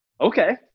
Okay